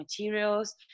materials